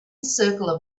circle